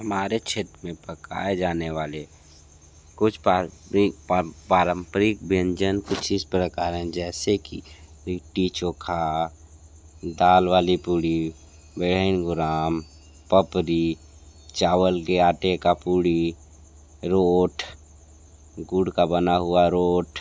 हमारे क्षेत्र में पकाए जाने वाले कुछ पारम्परिक व्यंजन कुछ इस प्रकार है जैसे की लिट्टी चोखा दाल वाली पूड़ी वेंगुराम पपरी चावल के आटे का पुड़ी रोट गुड का बना हुआ रोट